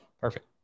Perfect